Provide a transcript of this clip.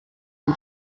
eat